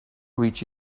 which